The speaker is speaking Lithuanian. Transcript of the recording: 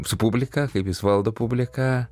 su publika kaip jis valdo publiką